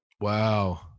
Wow